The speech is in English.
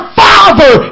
father